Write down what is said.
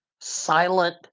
silent